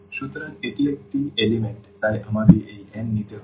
সুতরাং এটি একটি উপাদান তাই আমাকে এই n নিতে দিন